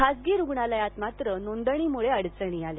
खासगी रुग्णालयात मात्र नोंदणीमुळे अडचणी आल्या